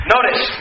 Notice